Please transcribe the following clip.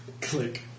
click